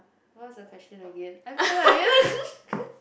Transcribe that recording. what was the question again